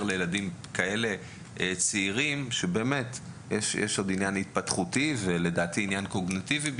לילדים כאלה צעירים כי יש עוד עניין התפתחותי וקוגניטיבי.